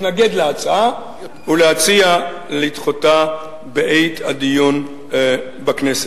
להתנגד להצעה ולהציע לדחותה בעת הדיון בכנסת.